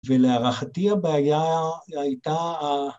‫ולהערכתי הבעיה הייתה...